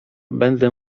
będę